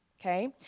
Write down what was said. okay